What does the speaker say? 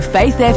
Faith